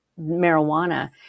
marijuana